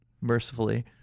mercifully